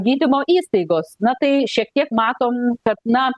gydymo įstaigos na tai šiek tiek matom kad na